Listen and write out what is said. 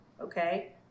okay